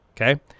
Okay